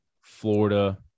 Florida